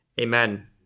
Amen